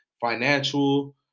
financial